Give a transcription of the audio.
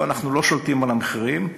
פה אנחנו לא שולטים על המחירים,